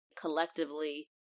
Collectively